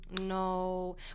No